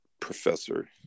professor